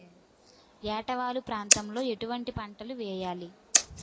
ఏటా వాలు ప్రాంతం లో ఎటువంటి పంటలు వేయాలి?